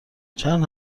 چند